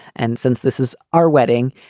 and since this is our wedding,